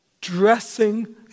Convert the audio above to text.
dressing